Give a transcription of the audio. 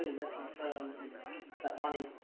confirms that money,